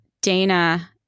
Dana